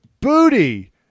booty